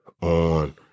on